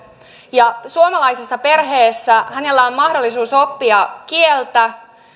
ja suomalaisessa perheessä hänellä on mahdollisuus oppia kieltä